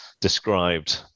described